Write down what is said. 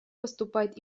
поступает